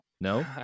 No